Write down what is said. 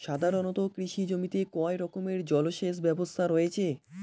সাধারণত কৃষি জমিতে কয় রকমের জল সেচ ব্যবস্থা রয়েছে?